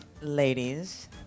Ladies